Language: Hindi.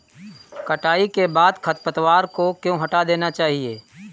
कटाई के बाद खरपतवार को क्यो हटा देना चाहिए?